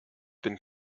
been